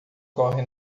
corre